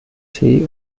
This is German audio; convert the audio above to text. tee